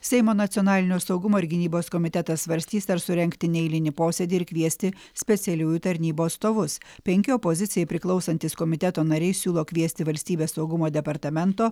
seimo nacionalinio saugumo ir gynybos komitetas svarstys ar surengti neeilinį posėdį ir kviesti specialiųjų tarnybų atstovus penki opozicijai priklausantys komiteto nariai siūlo kviesti valstybės saugumo departamento